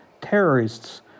terrorists